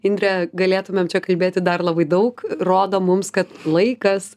indre galėtumėm čia kalbėti dar labai daug rodo mums kad laikas